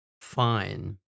fine